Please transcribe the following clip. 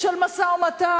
של משא-ומתן,